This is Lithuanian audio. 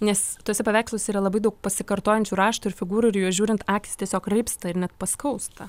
nes tuose paveiksluose yra labai daug pasikartojančių raštų ir figūrų ir į juos žiūrint akys tiesiog raibsta ir net paskausta